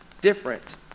different